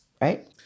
right